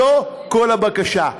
זו כל הבקשה.